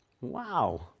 Wow